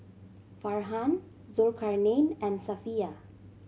Farhan Zulkarnain and Safiya